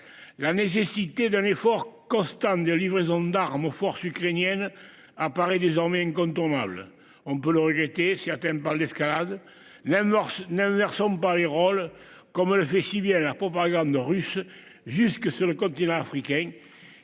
La nécessité d'un effort constant des livraisons d'armes aux forces ukrainiennes apparaît désormais incontournable. On peut le rejeter certaines par l'escalade l'amorce n'a ouvert son les rôles comme le sait si bien la propagande russe jusque sur le continent africain